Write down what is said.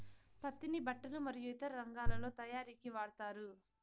పత్తిని బట్టలు మరియు ఇతర రంగాలలో తయారీకి వాడతారు